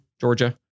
Georgia